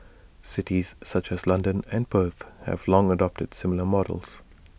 cities such as London and Perth have long adopted similar models